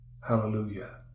Hallelujah